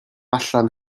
allan